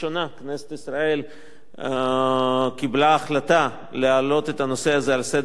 כנסת ישראל קיבלה החלטה להעלות את הנושא הזה על סדר-היום.